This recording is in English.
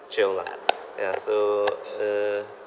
chill lah ya so uh